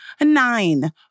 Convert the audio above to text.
nine